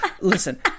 listen